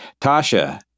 Tasha